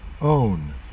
own